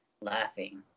laughing